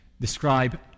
describe